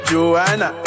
Joanna